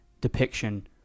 depiction